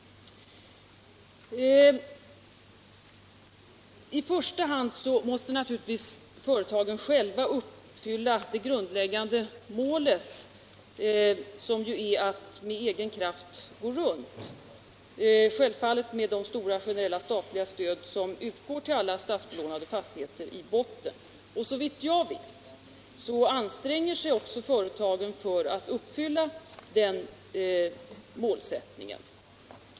I första hand måste naturligtvis företagen själva uppfylla det grundläggande målet, som är att med egen kraft gå ihop, självfallet med de stora generella statliga stöd som utgår i botten till alla statsbelånade fastigheter. Och såvitt jag vet anstränger sig också företagen att uppfylla den målsättningen.